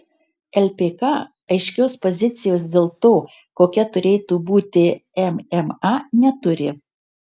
lpk aiškios pozicijos dėl to kokia turėtų būti mma neturi